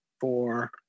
four